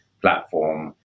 platform